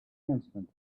enhancement